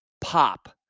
pop